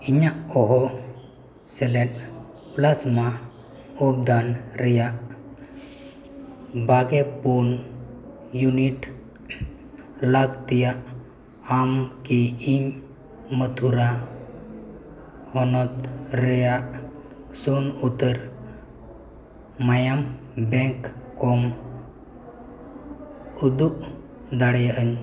ᱤᱧᱟᱹᱜ ᱚᱦᱚ ᱥᱮᱞᱮᱫ ᱯᱞᱟᱡᱽᱢᱟ ᱩᱯᱟᱫᱟᱱ ᱨᱮᱭᱟᱜ ᱵᱟᱜᱮ ᱯᱩᱱ ᱤᱭᱩᱱᱤᱴ ᱞᱟᱠᱛᱤᱭᱟᱜ ᱟᱢ ᱠᱤ ᱤᱧ ᱢᱚᱛᱷᱩᱨᱟ ᱦᱚᱱᱚᱛ ᱨᱮᱭᱟᱜ ᱥᱩᱱ ᱩᱛᱟᱹᱨ ᱢᱟᱭᱟᱢ ᱵᱮᱝᱠ ᱠᱚᱢ ᱩᱫᱩᱜ ᱫᱟᱲᱮᱭᱟᱹᱧᱟᱹ